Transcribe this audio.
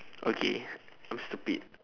okay I'm stupid